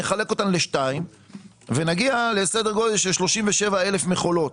נחלקן לשתיים ונגיע לסדר גודל של 37,000 מכולות.